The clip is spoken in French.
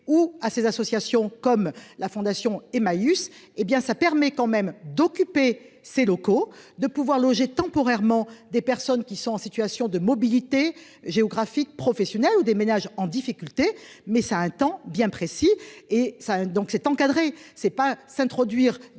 ou à ces associations, comme la fondation Emmaüs. Eh bien ça permet quand même d'occuper ses locaux de pouvoir loger temporairement des personnes qui sont en situation de mobilité géographique professionnelle ou des ménages en difficulté mais ça a un temps bien précis et ça hein donc c'est encadré c'est pas s'introduire